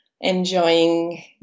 enjoying